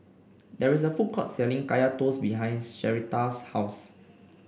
there is a food court selling Kaya Toast behind Sherita's house